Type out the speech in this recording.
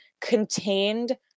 contained